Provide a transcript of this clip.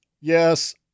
yes